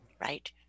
right